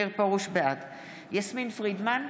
בעד יסמין פרידמן,